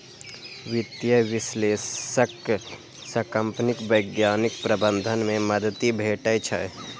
वित्तीय विश्लेषक सं कंपनीक वैज्ञानिक प्रबंधन मे मदति भेटै छै